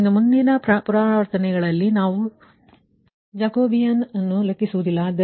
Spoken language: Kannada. ಆದ್ದರಿಂದ ಮುಂದಿನ ಪುನರಾವರ್ತನೆಗಳಲ್ಲಿ ನಾವು ಜಾಕೋಬೀನ್ ಅನ್ನು ಲೆಕ್ಕಿಸುವುದಿಲ್ಲ